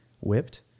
whipped